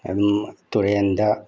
ꯑꯗꯨꯝ ꯇꯨꯔꯦꯟꯗ